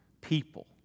people